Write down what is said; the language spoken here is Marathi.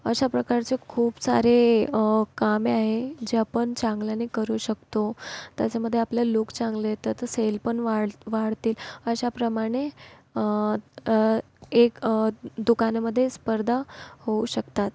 अशा प्रकारचे खूप सारे कामे आहे जे आपण चांगल्याने करू शकतो त्याच्यामध्ये आपलं लुक चांगलं येतं तर सेल पण वाड वाढतील अशा प्रमाणे एक दुकानामध्ये स्पर्धा होऊ शकतात